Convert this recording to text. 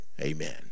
Amen